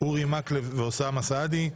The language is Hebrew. אורי מקלב ואוסאמה סעדי.